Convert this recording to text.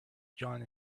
john